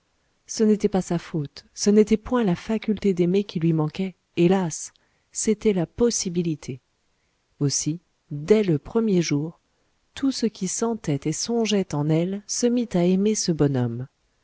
ce n'était pas sa faute ce n'était point la faculté d'aimer qui lui manquait hélas c'était la possibilité aussi dès le premier jour tout ce qui sentait et songeait en elle se mit à aimer ce bonhomme